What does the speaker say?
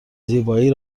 زیبایی